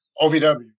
OVW